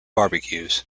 barbecues